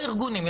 יבואו הארגונים,